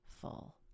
full